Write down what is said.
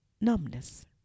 numbness